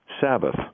Sabbath